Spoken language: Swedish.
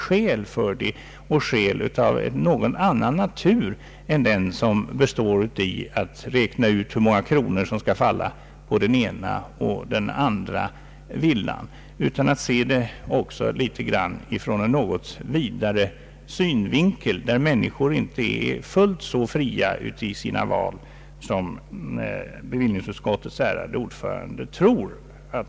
Skälen för detta förslag är av en något annan natur än de som består i att räkna ut hur många kronor som skall falla på den ena och den andra villan utan att se det ur en något vidare synvinkel, där människorna inte är fullt så fria i sitt val som bevillningsutskottets ärade ordförande tror.